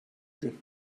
gün